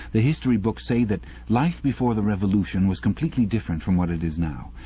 the history books say that life before the revolution was completely different from what it is now.